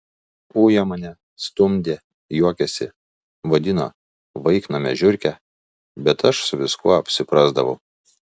ujo mane stumdė juokėsi vadino vaiknamio žiurke bet aš su viskuo apsiprasdavau